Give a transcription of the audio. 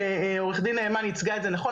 עורכת הדין נאמן ייצגה את זה נכון,